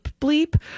bleep